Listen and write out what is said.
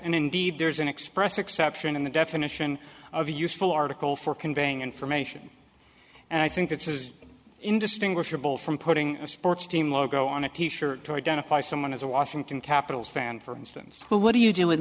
and indeed there's an express exception in the definition of a useful article for conveying information and i think this is indistinguishable from putting a sports team logo on a t shirt to identify someone as a washington capitals fan for instance who what do you do with